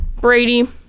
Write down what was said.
Brady